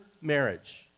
marriage